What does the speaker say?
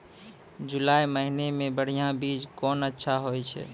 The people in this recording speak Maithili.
जुलाई महीने मे बढ़िया बीज कौन अच्छा होय छै?